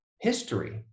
history